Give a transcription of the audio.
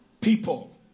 people